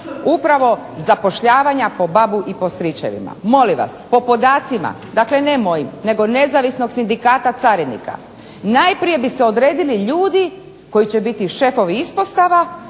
upravo zapošljavanja po babu i po stričevima. Molim vas, po podacima, dakle ne mojim nego Nezavisnog sindikata carinika, najprije se odredili ljudi koji će biti šefovi ispostava,